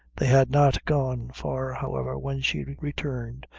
they had not gone far, however, when she returned,